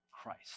Christ